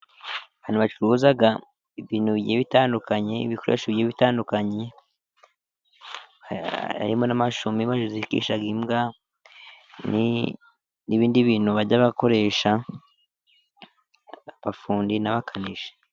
Ahantu bacuruza ibintu bigiye bitandukanye, ibikoresho bigiye bitandukanye, harimo n'amashumi bazirikisha imbwa, n'ibindi bintu bajya bakoresha abafundi n'abakanishi.